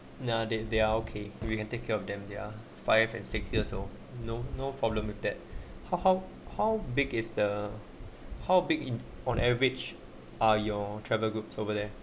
nah they they are okay you can take care of them they're five and six years old no no problem with that how how how big is the how big in on average are your travel groups over there